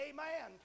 Amen